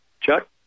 Chuck